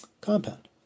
compound